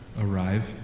arrive